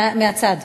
מהצד.